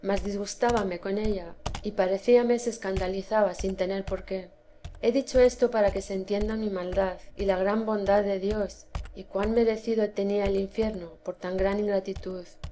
mas disgustábame con ella y parecíame se escandalizaba sin tener por qué he dicho esto para que se entienda mi maldad y la gran bondad de dios y cuan merecido tenía el infierno por tan gran ingratitud